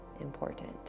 important